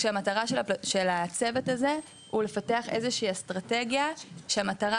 כשהמטרה של הצוות הזה הוא לפתח איזושהי אסטרטגיה שהמטרה